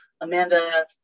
Amanda